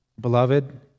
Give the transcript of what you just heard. beloved